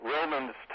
Romans